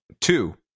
two